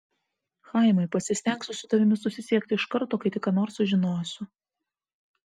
chaimai pasistengsiu su tavimi susisiekti iš karto kai tik ką nors sužinosiu